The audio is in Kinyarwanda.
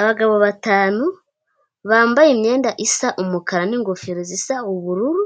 Abagabo batanu bambaye imyenda isa umukara n'ingofero zisa ubururu,